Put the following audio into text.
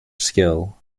skill